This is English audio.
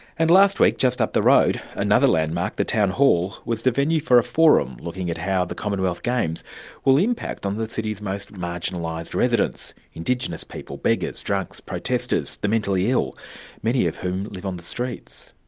and last week, just up the road, another landmark, the town hall, was the venue for a forum, looking at how the commonwealth games will impact on the city's most marginalised residents indigenous people, beggars, drunks, protesters, the mentally ill many of whom live on the streets.